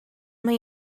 mae